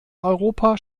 europa